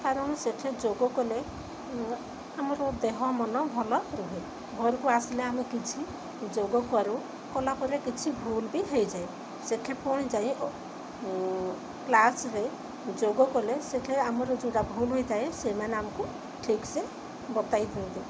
କାରଣ ସେଠି ଯୋଗ କଲେ ଆମର ଦେହ ମନ ଭଲ ରୁହେ ଘରକୁ ଆସିଲେ ଆମେ କିଛି ଯୋଗ କରୁ କଲାପରେ କିଛି ଭୁଲ ବି ହେଇଯାଏ ସେଠି ପୁଣି ଯାଇ କ୍ଲାସରେ ଯୋଗ କଲେ ସେଠାରେ ଆମର ଯେଉଁଟା ଭୁଲ ହୋଇଥାଏ ସେଇମାନେ ଆମକୁ ଠିକ୍ସେ ବତାଇ ଦିଅନ୍ତି